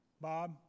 Bob